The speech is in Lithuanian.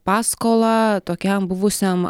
paskolą tokiam buvusiam